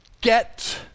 get